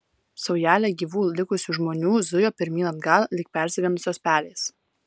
saujelė gyvų likusių žmonių zujo pirmyn atgal lyg persigandusios pelės